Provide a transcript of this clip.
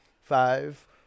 Five